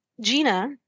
Gina